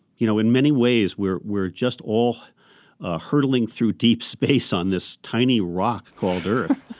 you know, in many ways, we're we're just all ah hurtling through deep space on this tiny rock called earth.